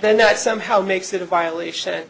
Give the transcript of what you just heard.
then that somehow makes it a violation